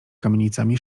kamienicami